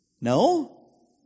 No